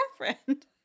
girlfriend